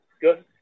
good